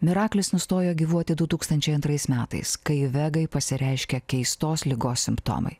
miraklis nustojo gyvuoti du tūkstančiai antrais metais kai vegai pasireiškė keistos ligos simptomai